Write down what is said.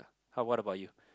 how what about you